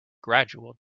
gradual